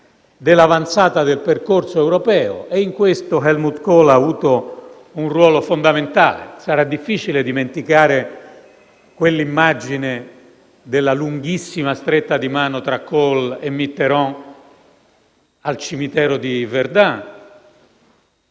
dell'avanzata del percorso europeo. In questo, Helmut Kohl ha avuto un ruolo fondamentale. Sarà difficile dimenticare quell'immagine della lunghissima stretta di mano tra Kohl e Mitterand al cimitero di Verdun.